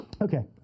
Okay